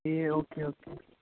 A okay okay